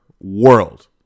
world